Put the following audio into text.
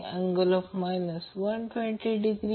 आणि Vab हा reference voltage आहे